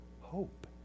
hope